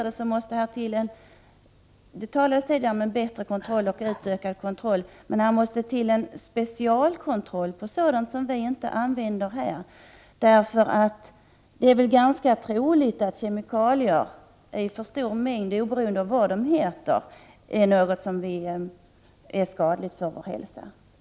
Det talas om bättre och utökad kontroll, men här måste till en specialkontroll på sådant som vi inte använder här. Det är ganska troligt att kemikalier i stora mängder, oavsett vad de heter, är skadliga för vår hälsa.